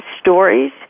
stories